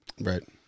Right